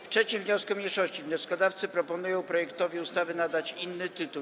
W 3. wniosku mniejszości wnioskodawcy proponują projektowi ustawy nadać inny tytuł.